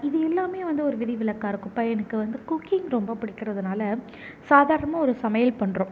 இது எல்லாமே வந்து ஒரு விதிவிளக்காக இருக்கும் இப்ப எனக்கு வந்து குக்கிங் ரொம்ப பிடிக்குறதுனால சாதாரணமாக ஒரு சமையல் பண்ணுறோம்